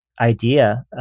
idea